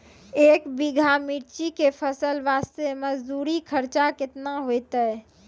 एक बीघा मिर्ची के फसल वास्ते मजदूरी खर्चा केतना होइते?